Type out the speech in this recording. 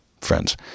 Friends